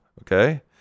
okay